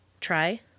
try